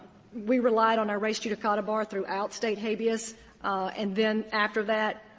we relied on our res judicata bar throughout state habeas and then after that,